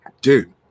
Dude